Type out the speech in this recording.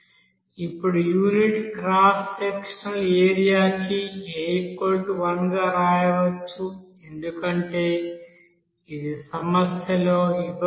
ఇప్పుడు unit cross sectional ఏరియాకి A1 గా వ్రాయవచ్చు ఎందుకంటే ఇది సమస్యలో ఇవ్వబడింది